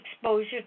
exposure